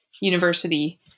university